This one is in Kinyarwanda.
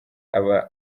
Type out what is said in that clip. aba